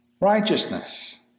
righteousness